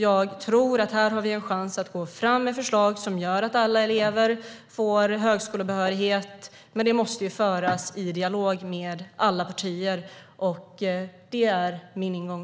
Jag tror att vi här har en chans att gå fram med förslag som gör att alla elever får högskolebehörighet. Men det måste föras en dialog om det med alla partier. Detta är min ingång.